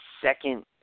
second